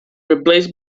replaced